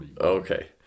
Okay